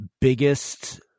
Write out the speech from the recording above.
biggest